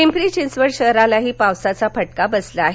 पिंपरी चिंचवड शहरालाही पावसाचा फटका बसला आहे